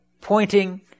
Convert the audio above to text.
pointing